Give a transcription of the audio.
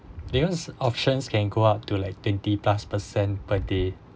because options can go up to like twenty plus per cent per day